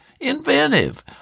inventive